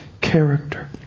character